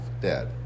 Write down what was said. dead